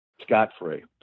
scot-free